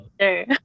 sure